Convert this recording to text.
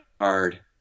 hard